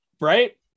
right